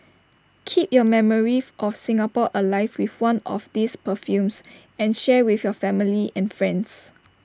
keep your memory of Singapore alive with one of these perfumes and share with your family and friends